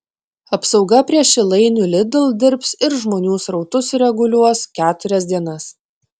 apsauga prie šilainių lidl dirbs ir žmonių srautus reguliuos keturias dienas